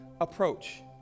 approach